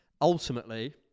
ultimately